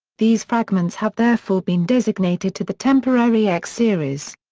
these fragments have therefore been designated to the temporary x series.